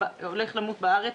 הולך למות בארץ,